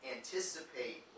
Anticipate